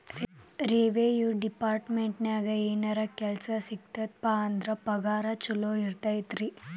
revenue ಡೆಪಾರ್ಟ್ಮೆಂಟ್ನ್ಯಾಗ ಏನರ ಕೆಲ್ಸ ಸಿಕ್ತಪ ಅಂದ್ರ ಪಗಾರ ಚೊಲೋ ಇರತೈತಿ